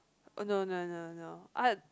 oh no no no no uh